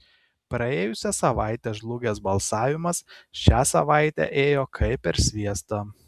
praėjusią savaitę žlugęs balsavimas šią savaitę ėjo kaip per sviestą